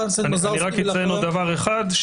אני רק אציין עוד דבר אחד.